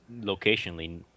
locationally